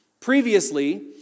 Previously